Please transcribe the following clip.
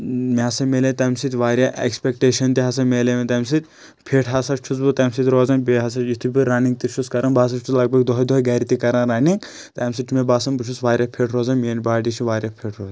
مےٚ ہسا میلے تَمہِ سۭتۍ واریاہ اؠکٕسپیکٹیشن تہِ ہسا ملے مےٚ تَمہِ سۭتۍ فِٹ ہسا چھُس بہٕ تَمہِ سۭتۍ روزان بیٚیہِ ہسا یُتھُے بہٕ رَننِگ تہِ چھُس کران بہٕ ہسا چھُس لگ بگ دۄہے دۄہے گرِ تہِ کران رَننِگ تمہِ سۭتۍ چھُ مےٚ باسان بہٕ چھُس واریاہ فِٹ روزان میٲنۍ باڈی چھِ واریاہ فِٹ روزان